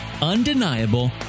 undeniable